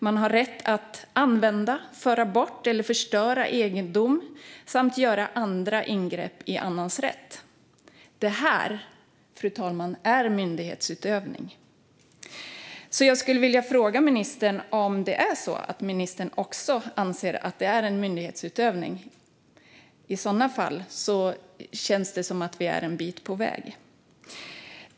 De har rätt att använda, föra bort eller förstöra egendom samt göra andra ingrepp i annans rätt. Det här, fru talman, är myndighetsutövning. Jag skulle därför vilja fråga ministern om han också anser att det är en myndighetsutövning. I så fall känns det som att vi är en bit på väg.